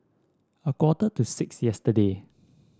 a quarter to six yesterday